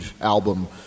album